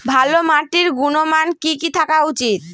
ভালো মাটির গুণমান কি কি থাকা উচিৎ?